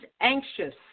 anxious